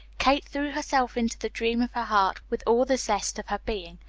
kate threw herself into the dream of her heart with all the zest of her being.